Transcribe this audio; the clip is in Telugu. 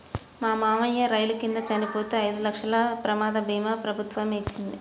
మా మావయ్య రైలు కింద చనిపోతే ఐదు లక్షల ప్రమాద భీమా ప్రభుత్వమే ఇచ్చింది